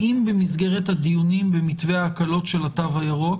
האם במסגרת הדיונים במתווה ההקלות של התו הירוק